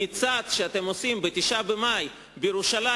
המצעד שאתם עושים ב-9 במאי בירושלים,